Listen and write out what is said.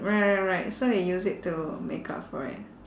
right right right so they use it to make up for it